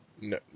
No